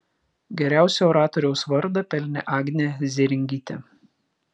geriausio oratoriaus vardą pelnė agnė zėringytė